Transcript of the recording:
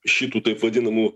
šitų taip vadinamų